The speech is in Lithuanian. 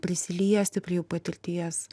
prisiliesti prie jų patirties